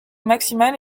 maximale